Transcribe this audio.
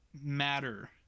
matter